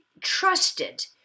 trusted